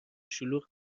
شلوغ